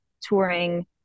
touring